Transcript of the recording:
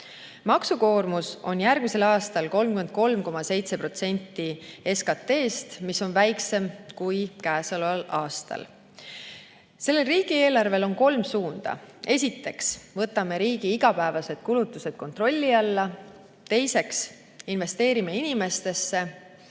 Maksukoormus on järgmisel aastal 33,7% SKT-st, mis on väiksem kui käesoleval aastal. Sellel riigieelarvel on kolm suunda. Esiteks, võtame riigi igapäevased kulutused kontrolli alla. Teiseks, investeerime inimestesse.